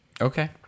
okay